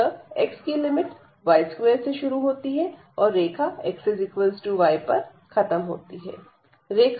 अतः x की limit y2 से शुरू होती है और रेखा xy पर खत्म होती है